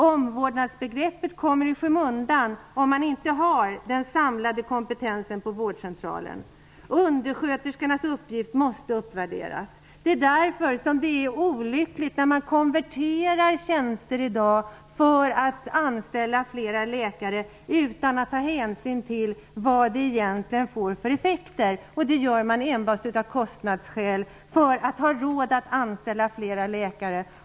Omvårdnadsbegreppet kommer i skymundan om man inte har den samlade kompetensen på vårdcentralen. Undersköterskornas uppgifter måste uppvärderas. Det är därför som det är olyckligt att tjänster i dag konverteras för att fler läkare skall kunna anställas, och då utan att hänsyn tas till vilka effekter det egentligen får. Detta gör man enbart av kostnadsskäl, för att ha råd att anställa flera läkare.